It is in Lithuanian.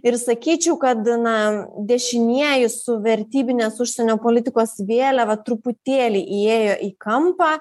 ir sakyčiau kad na dešinieji su vertybinės užsienio politikos vėliava truputėlį įėjo į kampą